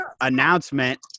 announcement